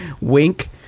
Wink